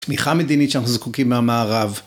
תמיכה מדינית שאנחנו זקוקים מהמערב.